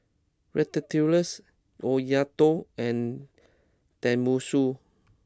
Ratatouille's Oyakodon and Tenmusu